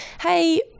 hey